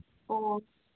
ꯑꯣ